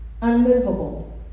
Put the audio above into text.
unmovable